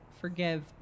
forgive